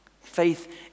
Faith